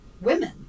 women